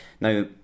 Now